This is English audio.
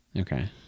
okay